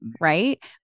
Right